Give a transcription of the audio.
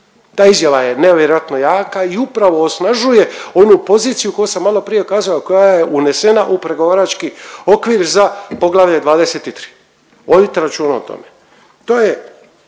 Ta izjava je nevjerojatno jaka i upravo osnažuje onu poziciju koju sam maloprije kazao, a koja je unesena u pregovarački okvir za poglavlje 23. Vodite računa o tome.